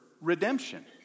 redemption